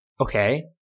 Okay